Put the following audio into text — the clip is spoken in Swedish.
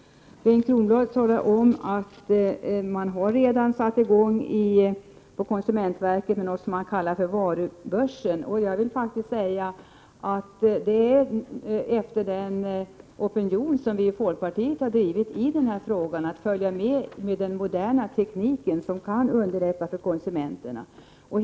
Bengt Kronblad talar om att konsumentverket har satt i gång något som kallas för varubörsen. Jag vill säga att det skedde efter den opinion som vi i folkpartiet har drivit i frågan om att utnyttja den moderna tekniken, som kan underlätta för konsumenterna.